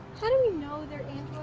how do we know they're